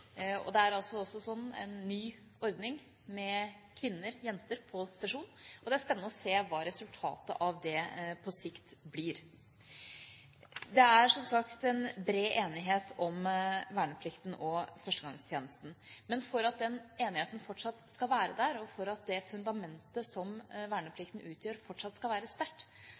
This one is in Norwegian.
det mannlige årskullet, altså ca. 30 000, gjennomførte tjenesten, enten det var bruk for dem eller ikke. I dag er det ca. 10 000 som kalles inn, og 7 000–8 000 som gjennomfører. Det er også en ny ordning med kvinner/jenter på sesjon, og det er spennende å se hva resultatet av det på sikt blir. Det er som sagt bred enighet om verneplikten og førstegangstjenesten. Men for at